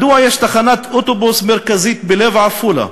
מדוע יש תחנת אוטובוסים מרכזית בלב עפולה,